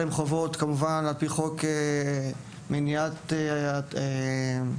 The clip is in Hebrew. של מניעת העסקת עברייני מין וכו'.